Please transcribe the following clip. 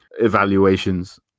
evaluations